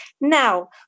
Now